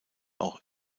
auch